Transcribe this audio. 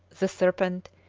the serpent,